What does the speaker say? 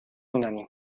unánime